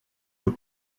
deux